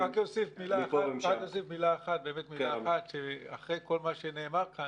רק להוסיף מילה אחת, אחרי כל מה שנאמר כאן.